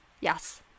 Yes